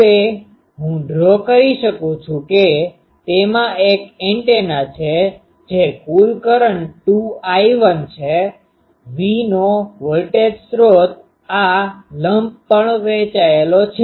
હવે હું ડ્રો કરી શકું છું કે તેમાં એક એન્ટેના છે જે કુલ કરંટ 2 I1 છે V નો વોલ્ટેજ સ્ત્રોત આ લંપlumpગઠ્ઠો પણ વહેંચાયેલ છે